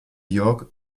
jörg